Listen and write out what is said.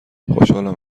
خوشحالم